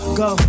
go